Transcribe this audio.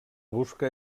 busca